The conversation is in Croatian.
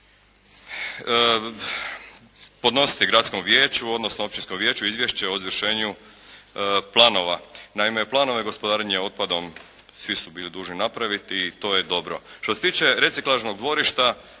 podnositi gradskom vijeću, odnosno općinskom vijeću izvješće o izvršenju planova. Naime, planove gospodarenja otpadom svi su bili dužni napraviti i to je dobro. Što se tiče reciklažnog dvorišta